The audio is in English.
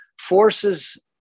forces